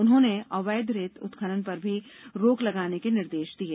उन्होंने अवैध रेत उत्खनन पर भी रोक लगाने के निर्देष दिये